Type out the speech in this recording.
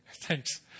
Thanks